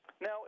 Now